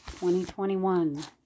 2021